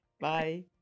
bye